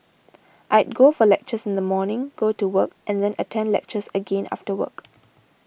I'd go for lectures in the morning go to work and then attend lectures again after work